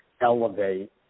elevate